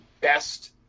best